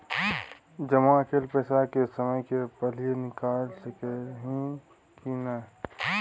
जमा कैल पैसा के समय से पहिले निकाल सकलौं ह की नय?